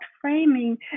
framing